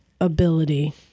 ability